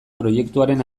proiektuaren